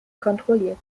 kontrolliert